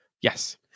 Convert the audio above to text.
Yes